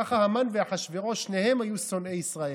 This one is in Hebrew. ככה המן ואחשוורוש, שניהם היו שונאי ישראל.